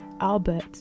Albert